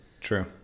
True